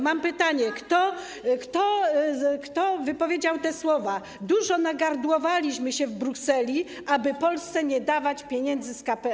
Mam pytanie, kto wypowiedział te słowa: Dużo nagardłowaliśmy się w Brukseli, aby Polsce nie dawać pieniędzy z KPO.